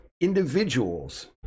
individuals